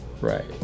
Right